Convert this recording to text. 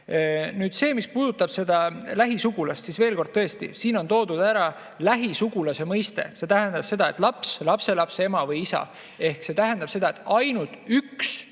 Nüüd, mis puudutab seda lähisugulast, siis tõesti, siin on toodud ära lähisugulase mõiste – see tähendab laps, lapselaps, ema või isa. Ehk see tähendab seda, et ainult üks